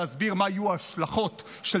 לא צריך להסביר מה יהיו ההשלכות של